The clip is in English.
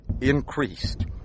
increased